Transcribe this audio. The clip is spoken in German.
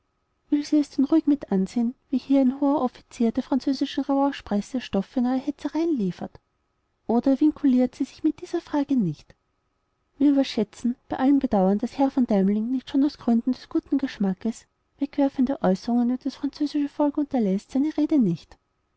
will sie es denn ruhig mit ansehen wie hier ein hoher offizier der französischen revanche-presse stoff für neue hetzereien liefert oder vinkuliert sie sich auch in dieser frage nicht wir überschätzen bei allem bedauern daß herr von deimling nicht schon aus gründen des guten geschmackes wegwerfende äußerungen über das französische volk unterläßt seine rede nicht